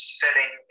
setting